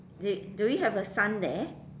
is it do you have a sun there